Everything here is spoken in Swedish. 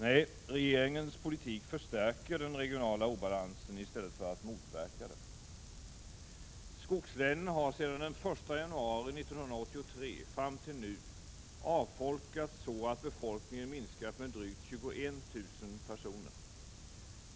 Nej, regeringens politik förstärker den regionala obalansen i stället för att motverka den. Skogslänen har sedan den 1 januari 1983 fram till nu avfolkats så att befolkningen minskat med drygt 21 000 personer.